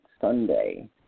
Sunday